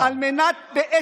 הוכחה כברית שקרית.